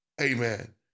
Amen